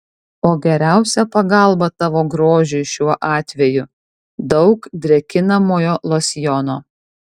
o geriausia pagalba tavo grožiui šiuo atveju daug drėkinamojo losjono